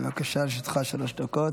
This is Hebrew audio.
בבקשה, לרשותך שלוש דקות.